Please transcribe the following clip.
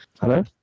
Hello